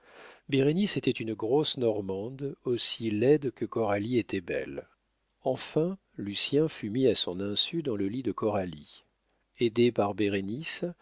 bérénice était une grosse normande aussi laide que coralie était belle enfin lucien fut mis à son insu dans le lit de coralie aidée par bérénice